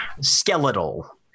Skeletal